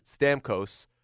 Stamkos